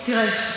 תראה,